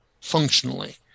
functionally